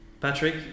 Patrick